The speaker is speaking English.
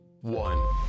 one